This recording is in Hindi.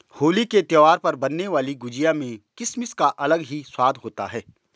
होली के त्यौहार पर बनने वाली गुजिया में किसमिस का अलग ही स्वाद होता है